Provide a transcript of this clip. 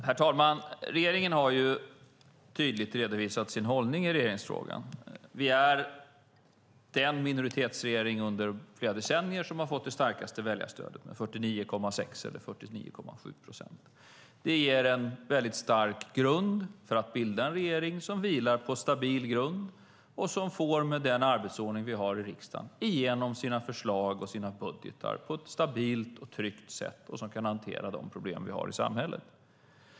Herr talman! Regeringen har tydligt redovisat sin hållning i regeringsfrågan. Vi är den minoritetsregering på flera decennier som har fått det starkaste väljarstödet, med 49,6 eller 49,7 procent. Det ger en stark bas för att bilda en regering som vilar på stabil grund och som med den arbetsordning vi har i riksdagen får igenom sina förslag och budgetar på ett stabilt och tryggt sätt och som kan hantera de problem vi har i samhället.